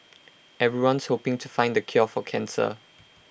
everyone's hoping to find the cure for cancer